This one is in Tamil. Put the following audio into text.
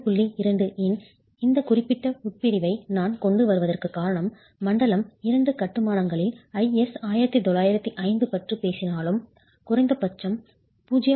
2 இன் இந்த குறிப்பிட்ட உட்பிரிவை நான் கொண்டு வருவதற்குக் காரணம் மண்டலம் II கட்டுமானங்களில் IS 1905 பற்றி பேசினாலும் குறைந்தபட்சம் 0